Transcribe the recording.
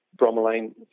bromelain